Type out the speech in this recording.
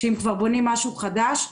שאם כבר בונים משהו חדש,